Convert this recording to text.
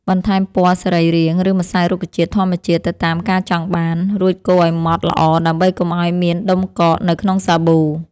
បន្ថែមពណ៌សរីរាង្គ ឬម្សៅរុក្ខជាតិធម្មជាតិទៅតាមការចង់បាន រួចកូរឱ្យម៉ត់ល្អដើម្បីកុំឱ្យមានដុំកកនៅក្នុងសាប៊ូ។